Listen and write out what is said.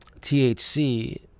thc